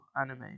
anime